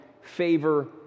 favor